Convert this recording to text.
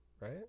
right